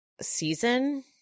season